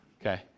Okay